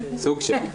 סוג של.